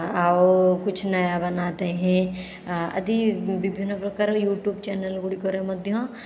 ଆଉ କୁଛ ନୟା ବନାତେ ହେଁ ଆଦି ବିଭିନ୍ନ ପ୍ରକାର ୟୁଟ୍ୟୁବ ଚ୍ୟାନେଲ ଗୁଡ଼ିକରେ ମଧ୍ୟ